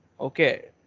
Okay